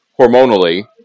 hormonally